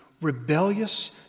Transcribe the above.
rebellious